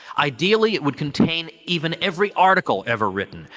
ideally, it would contain even every article ever written,